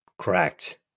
Correct